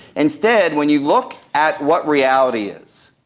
instead when you look at what reality is,